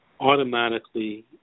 automatically